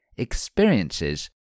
Experiences